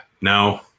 No